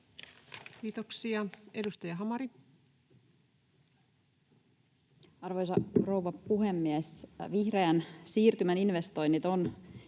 Kiitoksia. — Edustaja Hamari. Arvoisa rouva puhemies! Vihreän siirtymän investoinnit